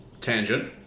tangent